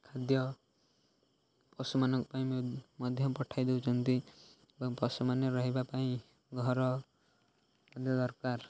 ଖାଦ୍ୟ ପଶୁମାନଙ୍କ ପାଇଁ ମଧ୍ୟ ପଠାଇ ଦେଉଛନ୍ତି ଏବଂ ପଶୁମାନେ ରହିବା ପାଇଁ ଘର ମଧ୍ୟ ଦରକାର